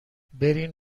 برین